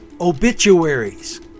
obituaries